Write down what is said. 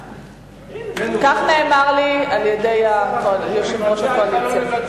איתן, כך נאמר לי על-ידי יושב-ראש הקואליציה.